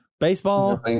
Baseball